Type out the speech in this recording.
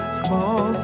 small